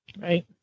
right